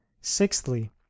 sixthly